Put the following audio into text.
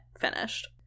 finished